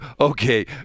Okay